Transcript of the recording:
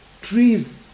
Trees